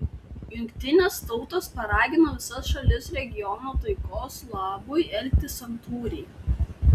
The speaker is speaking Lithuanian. jungtinės tautos paragino visas šalis regiono taikos labui elgtis santūriai